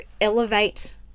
elevate